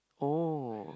oh